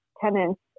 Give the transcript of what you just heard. tenants